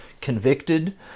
convicted